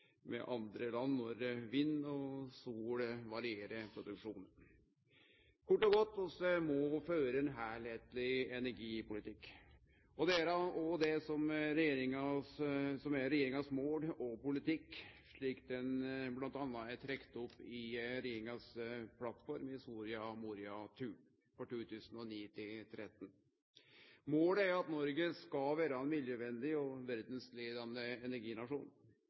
med andre land når vind og sol varierer produksjonen. Kort og godt må vi føre ein heilskapleg energipolitikk. Det er òg det som er regjeringas mål og politikk, slik den m.a. er trekt opp i regjeringas plattform, Soria Moria II for 2009–2013. Målet er at Noreg skal vere ein miljøvennleg og verdsleiande energinasjon.